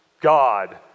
God